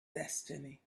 destiny